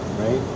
Right